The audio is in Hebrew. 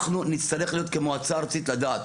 אנחנו נצטרך כמועצה ארצית לדעת